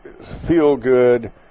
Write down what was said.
feel-good